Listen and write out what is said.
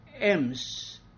M's